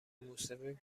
موسیقی